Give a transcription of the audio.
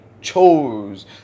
chose